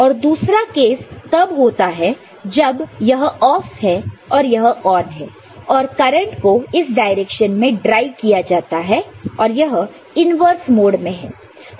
और दूसरा केस तब होता है जब यह ऑफ है और यह ऑन है और करंट को इस डायरेक्शन में ड्राइव किया जाता है और यह इन्वर्स मोड में है